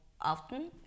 often